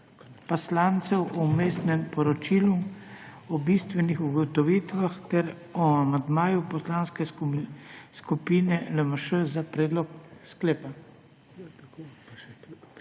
poslancev o vmesnem poročilu, o bistvenih ugotovitvah ter o amandmaju Poslanske skupine LMŠ za predlog sklepa.